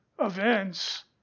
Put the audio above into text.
events